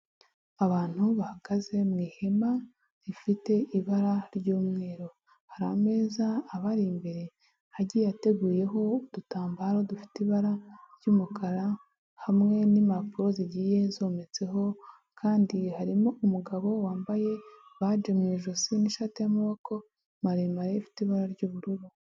Abantu bahagaze mu ihema rifite ibara ry'umweru, hari ameza abari imbere, agiye ateguyeho udutambaro dufite ibara ry'umukara, hamwe n'impapuro zigiye zometseho kandi harimo umugabo wambaye baji mu ijosi n'ishati y'amaboko maremare ifite ibara ry'ubururu.